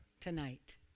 tonight